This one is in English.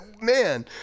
man